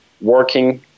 working